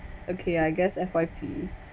okay I guess F_Y_P